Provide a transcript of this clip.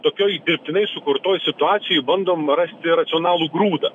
tokioj dirbtinai sukurtoj situacijoj bandom rasti racionalų grūdą